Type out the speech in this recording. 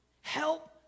Help